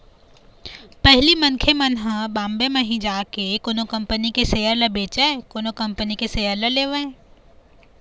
पहिली मनखे मन ह बॉम्बे म ही जाके कोनो कंपनी के सेयर ल बेचय अउ कोनो कंपनी के सेयर ल लेवय